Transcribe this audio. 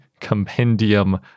compendium